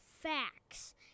facts